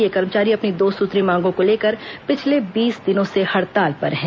ये कर्मचारी अपनी दो सूत्रीय मांगों को लेकर पिछले बीस दिनों से हड़ताल पर है